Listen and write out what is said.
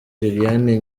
liliane